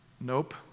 Nope